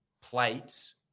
plates